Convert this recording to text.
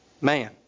man